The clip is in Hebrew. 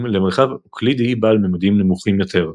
למרחב אוקלידי בעל ממדים נמוכים יותר.